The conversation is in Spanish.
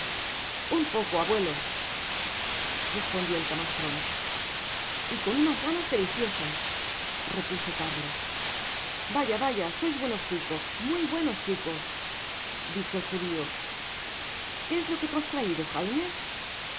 un poco abuelo respondió el camastron y con unas ganas deliciosas repuso carlos yaya vaya sois buenos chicos muy buenos chicos dijo el judio que es lo que tu has traido jaime